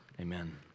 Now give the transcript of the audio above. Amen